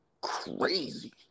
crazy